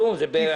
זה כלום.